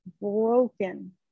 broken